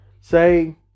say